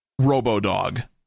RoboDog